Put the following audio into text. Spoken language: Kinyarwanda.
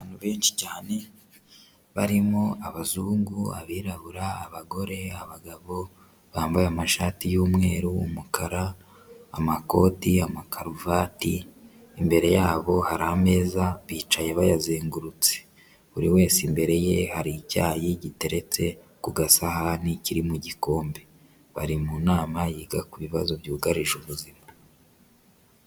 Abantu benshi cyane barimo abazungu, abirabura abagore, abagabo bambaye amashati y'umweru, umukara, amakoti n'amakaruvati, imbere yabo hari ameza bicaye bayazengurutse, buri wese imbere ye hari icyayi giteretse ku gasahani kiri mu gikombe, bari mu nama yiga ku bibazo byugarije ubuzima.